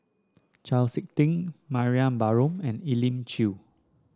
Chau SiK Ting Mariam Baharom and Elim Chew